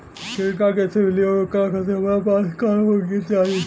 Credit card कैसे मिली और ओकरा खातिर हमरा पास का होए के चाहि?